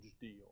deal